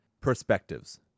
perspectives